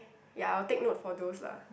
ya I will take note for those lah